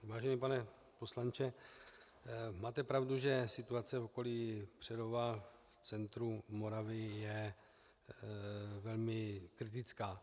Vážený pane poslanče, máte pravdu, že situace v okolí Přerova, v centru Moravy, je velmi kritická.